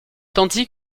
tandis